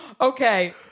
okay